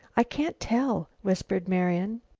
i can't tell, whispered marian.